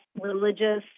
religious